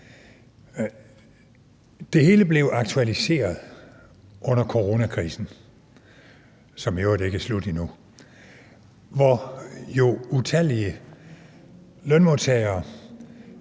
Det hele blev aktualiseret under coronakrisen, som i øvrigt ikke er slut endnu, hvor utallige lønmodtagere